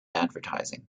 advertising